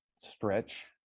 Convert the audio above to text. stretch